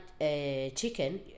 chicken